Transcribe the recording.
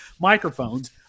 microphones